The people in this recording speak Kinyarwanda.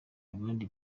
abandi